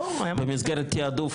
במסגרת תיעדוף,